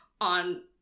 on